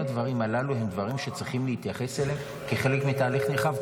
-- הם הדברים שצריכים להתייחס אליהם כחלק מתהליך נרחב,